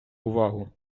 увагу